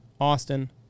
Austin